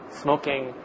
smoking